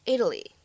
Italy